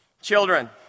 Children